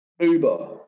Uber